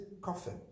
coffin